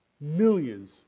millions